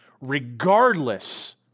regardless